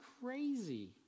crazy